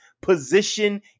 position